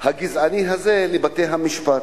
הגזעני הזה, לבתי-המשפט.